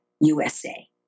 USA